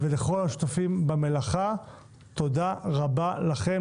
ולכל השותפים במלאכה תודה רבה לכם,